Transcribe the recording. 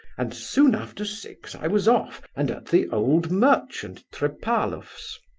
and soon after six i was off, and at the old merchant trepalaf's.